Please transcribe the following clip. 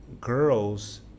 girls